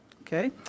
Okay